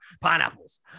Pineapples